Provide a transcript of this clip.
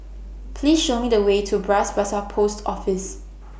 Please Show Me The Way to Bras Basah Post Office